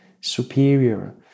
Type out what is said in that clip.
superior